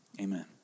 Amen